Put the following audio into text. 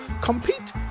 compete